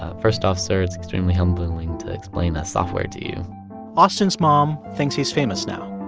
ah first off, sir, it's extremely humbling to explain a software to you austin's mom thinks he's famous now.